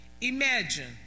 Imagine